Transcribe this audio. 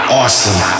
awesome